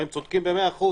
הרי הם צודקים במאה אחוז,